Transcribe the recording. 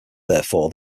therefore